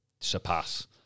surpass